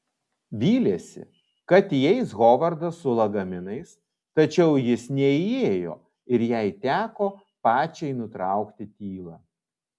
vylėsi kad įeis hovardas su lagaminais tačiau jis neįėjo ir jai teko pačiai nutraukti tylą